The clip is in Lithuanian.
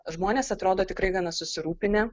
žmonės atrodo tikrai gana susirūpinę